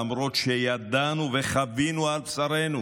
למרות שידענו וחווינו על בשרנו